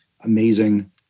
amazing